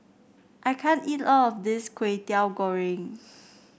I can't eat all of this Kway Teow Goreng